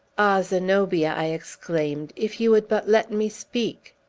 ah, zenobia, i exclaimed, if you would but let me speak!